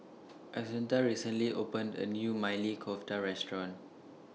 Assunta recently opened A New Maili Kofta Restaurant